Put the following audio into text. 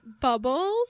Bubbles